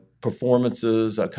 performances